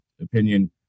opinion